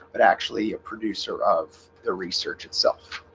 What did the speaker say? but actually a producer of the research itself